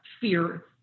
fear